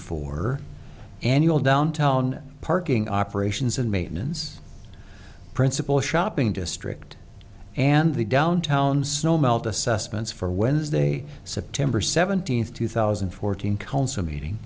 for annual downtown parking operations and maintenance principle shopping district and the downtown snow melt assessments for wednesday september seventeenth two thousand and fourteen council meeting